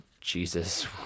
Jesus